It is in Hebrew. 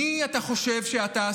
מי אתה חושב שאתה,